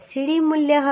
06 MPa fcd મૂલ્ય